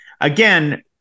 again